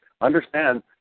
understand